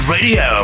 Radio